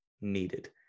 needed